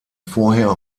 vorher